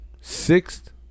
sixth